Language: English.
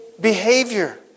behavior